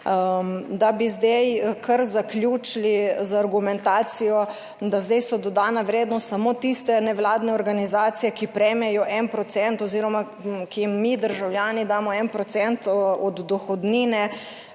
Da bi zdaj kar zaključili z argumentacijo, da zdaj so dodana vrednost samo tiste nevladne organizacije, ki prejmejo 1 % oziroma, ki jim mi državljani damo 1 % od dohodnine;